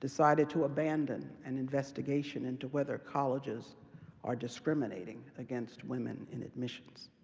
decided to abandon an investigation into whether colleges are discriminating against women in admissions.